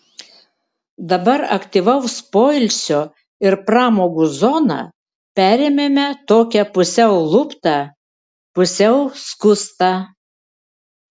dabar aktyvaus poilsio ir pramogų zoną perėmėme tokią pusiau luptą pusiau skustą